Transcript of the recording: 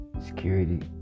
Security